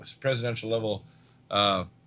presidential-level